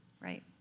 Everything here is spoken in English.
Right